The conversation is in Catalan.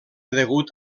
degut